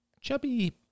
chubby